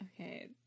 Okay